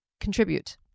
contribute